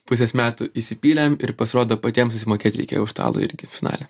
pusės metų įsipylėm ir pasirodo patiems susimokėt reikėjo už stalo irgi finale